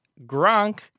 Gronk